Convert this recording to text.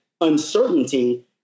uncertainty